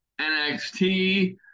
NXT